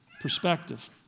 perspective